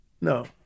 No